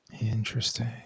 Interesting